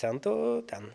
centu ten